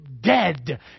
dead